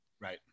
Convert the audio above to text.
Right